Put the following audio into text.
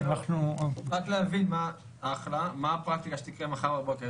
רק להבין מה הפרקטיקה שתקרה מחר בבוקר?